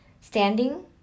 standing